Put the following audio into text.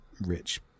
rich